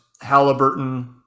Halliburton